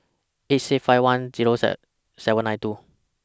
eight six five one Zero seven nine two